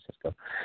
Francisco